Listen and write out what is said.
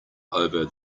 over